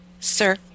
Sir